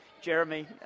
Jeremy